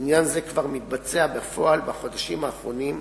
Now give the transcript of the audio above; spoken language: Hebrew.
עניין זה כבר מתבצע בפועל בחודשים האחרונים,